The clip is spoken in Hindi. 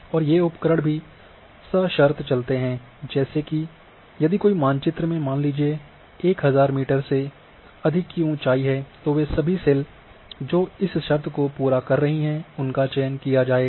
और ये उपकरण भी सशर्त चलते है जैसे कि यदि कोई मानचित्र में मान लीजिये 1000 मीटर से अधिक ऊँचाई है तो वे सभी सेल जो इस शर्त को पूरा कर रही है उनका चयन किया जाएगा